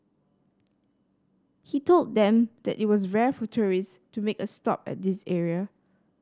he told them that it was rare for tourist to make a stop at this area